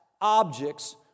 objects